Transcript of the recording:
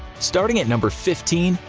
starting at number fifteen,